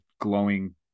glowing